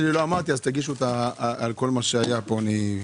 תגיש את הרוויזיה על כל מה שהיה כאן.